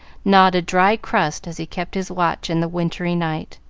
gnawed a dry crust as he kept his watch in the wintry night.